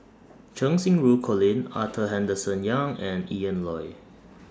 Cheng Xinru Colin Arthur Henderson Young and Ian Loy